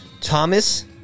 Thomas